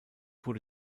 wurde